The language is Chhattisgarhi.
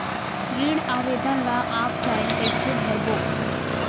ऋण आवेदन ल ऑफलाइन कइसे भरबो?